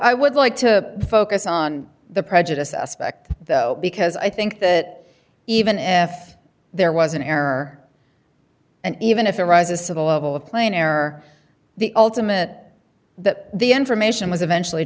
i would like to focus on the prejudiced aspect because i think that even if there was an error and even if it rises to the level of plane error the ultimate that the information was eventually